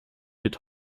wird